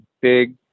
big